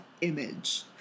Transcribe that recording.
image